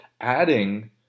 adding